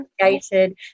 created